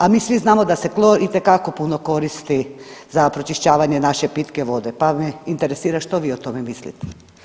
A mi svi znamo da se klor itekako puno koristi za pročišćavanje naše pitke vode, pa me interesira što vi o tome mislite.